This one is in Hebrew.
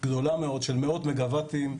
גדולה מאוד של מאות מגה וואטים,